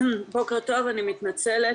אני מתנצלת,